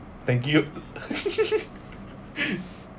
thank you